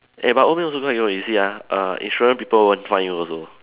eh but old man also quite good you see ah err insurance people won't find you also